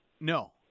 No